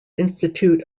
institute